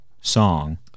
song